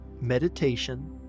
meditation